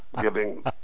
giving